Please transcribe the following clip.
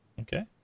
Okay